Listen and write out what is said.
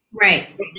Right